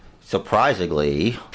surprisingly